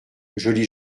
joli